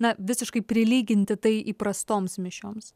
na visiškai prilyginti tai įprastoms mišioms